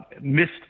missed